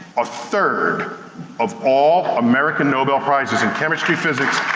a third of all american nobel prizes in chemistry, physics,